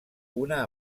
una